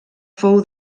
fou